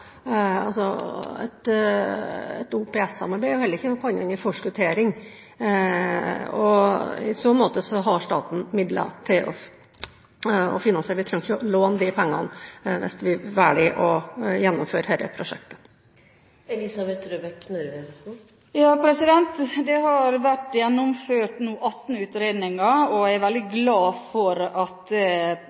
Et OPS-samarbeid er heller ikke noe annet enn en forskuttering. I så måte har staten midler til å finansiere; vi trenger ikke å låne pengene hvis vi velger å gjennomføre dette prosjektet. Det har nå vært gjennomført 18 utredninger, og jeg er veldig glad for at